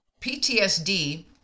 PTSD